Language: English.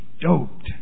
doped